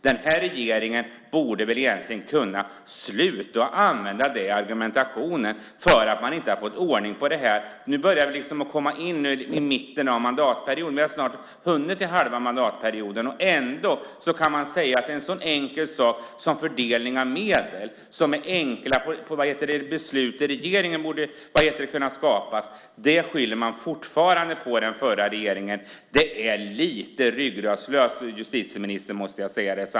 Den här regeringen borde väl egentligen kunna sluta att använda den argumentationen när man inte har fått ordning på det här. Nu börjar vi närma oss mitten av mandatperioden. Vi har snart hunnit dit. Ändå skyller man fortfarande på den förra regeringen när det gäller en så enkel sak som fördelning av medel. Det borde vara enkla beslut i regeringen. Det är lite ryggradslöst av justitieministern.